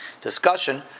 discussion